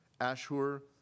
Ashur